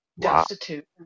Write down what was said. destitute